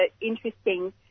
interesting